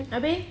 habis